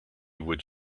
would